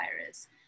virus